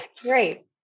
great